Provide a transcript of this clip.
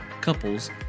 couples